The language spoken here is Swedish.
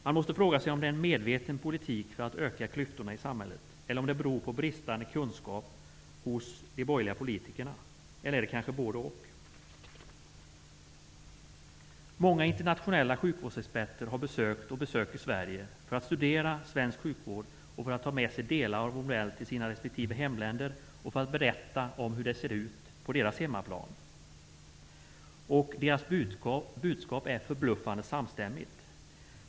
Man måste fråga sig om det är en medveten politik för att öka klyftorna i samhället, om det beror på bristande kunskap hos de borgerliga politikerna eller om det kanske är både--och. Många internationella sjukvårdsexperter har besökt och besöker Sverige för att studera svensk sjukvård, för att ta med sig delar av vår modell till sina respektive hemländer och för att berätta om hur det ser ut på deras hemmaplan. Deras budskap är förbluffande samstämmigt.